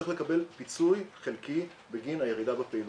צריך לקבל פיצוי חלקי בגין הירידה בפעילות.